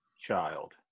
child